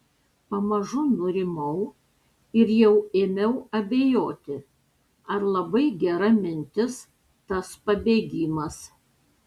pamažu nurimau ir jau ėmiau abejoti ar labai gera mintis tas pabėgimas